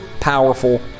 powerful